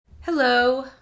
Hello